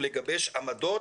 ולגבש עמדות,